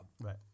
right